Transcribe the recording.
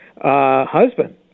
husband